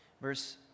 Verse